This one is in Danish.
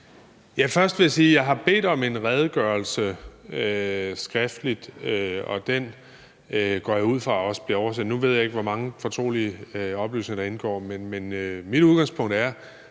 jeg har bedt om en skriftlig redegørelse, og den går jeg ud fra også bliver oversendt. Nu ved jeg ikke, hvor mange fortrolige oplysninger der indgår, men mit udgangspunkt er,